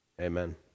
Amen